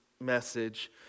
message